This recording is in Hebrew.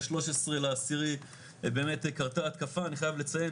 ב-13.10 קרתה התקפה, אני חייב לציין